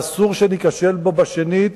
ואסור שניכשל בו בשנית,